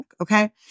okay